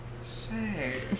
say